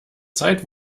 zeit